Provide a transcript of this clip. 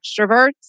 extroverts